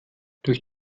durch